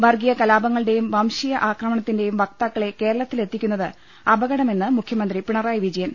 വർഗ്ഗീയ കലാപങ്ങളുടെയും വംശീയ ആക്രമണത്തിന്റെയും വക്താക്കളെ കേരളത്തിലെത്തിക്കുന്നത് അപകടമെന്ന് മുഖ്യമന്ത്രി പിണറായി വിജയൻ